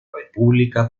república